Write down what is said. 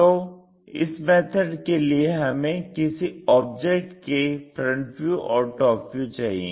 तो इस मेथड के लिए हमें किसी ऑब्जेक्ट के FV और TV चाहिए